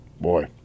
boy